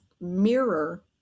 mirror